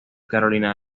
carolina